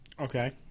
Okay